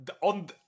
on